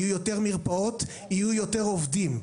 יהיו יותר מרפאות יהיו יותר עובדים.